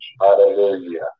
hallelujah